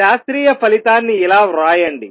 శాస్త్రీయ ఫలితాన్ని ఇలా వ్రాయండి